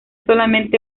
solamente